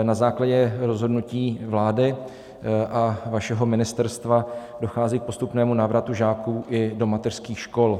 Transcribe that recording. Na základě rozhodnutí vlády a vašeho ministerstva dochází k postupnému návratu žáků i do mateřských škol.